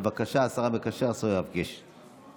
בבקשה, השר יואב קיש.